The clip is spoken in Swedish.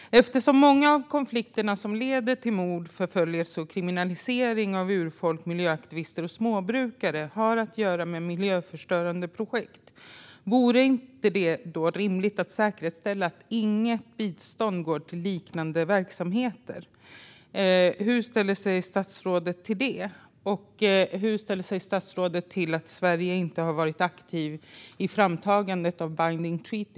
Fru talman! Eftersom många av konflikterna som leder till mord, förföljelse och kriminalisering av urfolk, miljöaktivister och småbrukare har att göra med miljöförstörande projekt, vore det då inte rimligt att säkerställa att inget bistånd går till liknande verksamheter? Hur ställer sig statsrådet till detta? Och hur ställer sig statsrådet till att Sverige inte har varit aktivt i framtagandet av Binding Treaty?